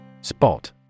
Spot